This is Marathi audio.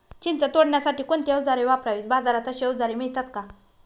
चिंच तोडण्यासाठी कोणती औजारे वापरावीत? बाजारात अशी औजारे मिळतात का?